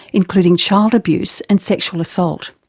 including child abuse and sexual assault.